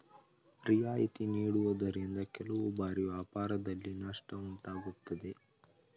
ರಿಯಾಯಿತಿ ನೀಡುವುದರಿಂದ ಕೆಲವು ಬಾರಿ ವ್ಯಾಪಾರದಲ್ಲಿ ನಷ್ಟ ಉಂಟಾಗುತ್ತದೆ